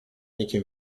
nikim